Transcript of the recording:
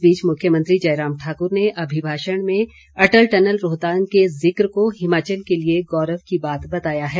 इस बीच मुख्यमंत्री जयराम ठाकुर ने अमिमाषण में अटल टनल रोहतांग के जिक्र को हिमाचल के लिए गौरव की बात बताया है